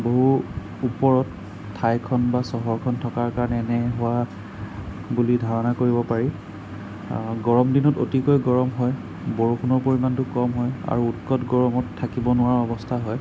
বহু ওপৰত ঠাইখন বা চহৰখন থকাৰ কাৰণে এনে হোৱা বুলি ধাৰণা কৰিব পাৰি গৰম দিনত অতিকৈ গৰম হয় বৰষুণৰ পৰিমাণটো কম হয় আৰু উৎকট গৰমত থাকিব নোৱাৰা অৱস্থা হয়